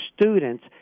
students